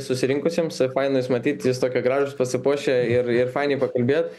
susirinkusiems faina jus matyt jūs tokie gražūs pasipuošę ir ir fainai pakalbėjot